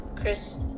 Chris